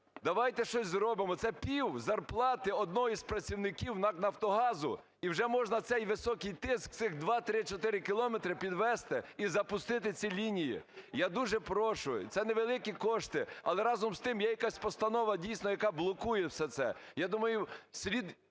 давайте щось зробимо. Це півзарплати одного із працівників НАК "Нафтогазу" - і вже можна цей високий тиск цих 2, 3, 4 кілометри підвести і запустити ці лінії. Я дуже прошу, це невеликі кошти, але, разом тим, є якась постанова, дійсно, яка блокує це все.